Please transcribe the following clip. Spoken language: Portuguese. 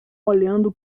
olhando